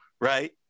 right